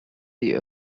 you